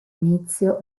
inizio